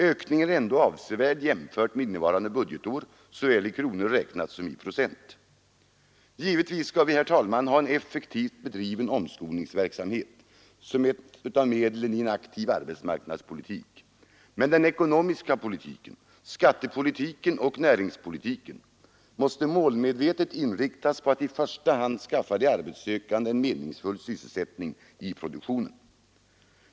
Ökningen är ändå avsevärd jämfört med innevarande budgetår såväl i kronor räknat som i procent. Givetvis skall vi, herr talman, ha en effektivt bedriven omskolningsverksamhet som ett av medlen i en aktiv arbetsmarknadspolitik, men den ekonomiska politiken, skattepolitiken och näringspolitiken, måste målmedvetet inriktas på att i första hand skaffa de arbetssökande en meningsfull sysselsättning i produktionen.